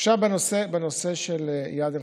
עכשיו בנושא של איאד אלחלאק.